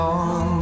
on